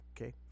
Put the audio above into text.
okay